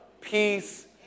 peace